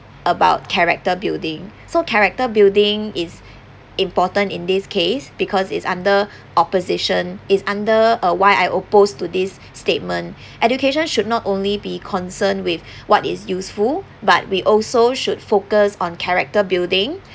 about character building so character building is important in this case because it's under opposition is under uh why I opposed to this statement education should not only be concerned with what is useful but we also should focus on character building